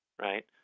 right